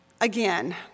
Again